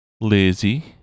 lazy